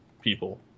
people